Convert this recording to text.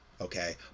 okay